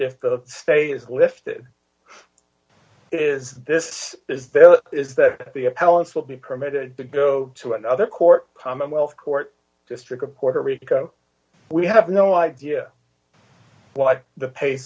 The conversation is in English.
if the stay is lifted is this is this is that the appellant's will be permitted to go to another court commonwealth court district of puerto rico we have no idea what the pa